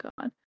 God